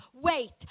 wait